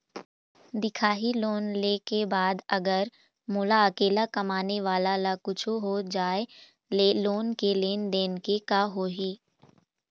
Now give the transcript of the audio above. दिखाही लोन ले के बाद अगर मोला अकेला कमाने वाला ला कुछू होथे जाय ले लोन के लेनदेन के का होही?